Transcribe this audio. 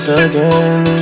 again